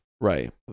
Right